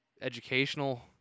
Educational